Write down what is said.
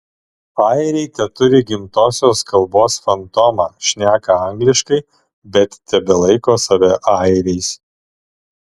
airiai teturi gimtosios kalbos fantomą šneka angliškai bet tebelaiko save airiais